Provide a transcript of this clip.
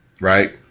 right